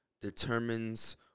determines